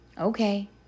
Okay